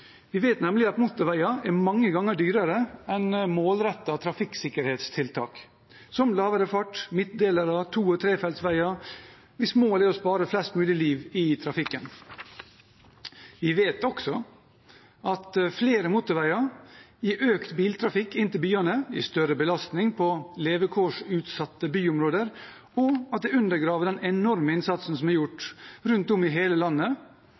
Vi vet nemlig at motorveier er mange ganger dyrere enn målrettede trafikksikkerhetstiltak, som lavere fart, midtdelere, to- og trefelts veier, hvis mål er å spare flest mulig liv i trafikken. Vi vet også at flere motorveier gir økt biltrafikk inn til byene og større belastning på levekårsutsatte byområder, og at det undergraver den enorme innsatsen som er gjort rundt omkring i hele landet